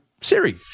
Siri